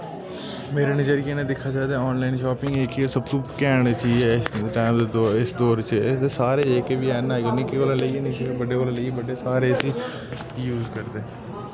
मेरे नज़रिये कन्नै दिक्खा जाये ते ऑनलाइन शॉपिंग जेह्की ऐ सब तो कैंट चीज़ ऐ इस टैम दे दौर च इस दौर च सारे जेह्के बी हैन ना निक्के कोला लेइयै निक्के बड्डे कोला लेइयै बड्डे सारे जेह्के इसी यूज़ करदे न